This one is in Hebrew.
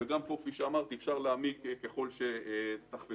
גם פה אפשר להעמיק ככל שתחפצו.